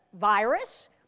virus